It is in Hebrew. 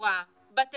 בחורה בת 20,